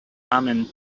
amen